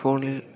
ഫോണിൽ